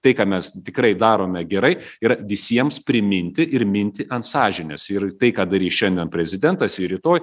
tai ką mes tikrai darome gerai yra visiems priminti ir minti ant sąžinės ir tai ką darys šiandien prezidentas ir rytoj